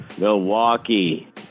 Milwaukee